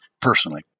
personally